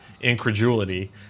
incredulity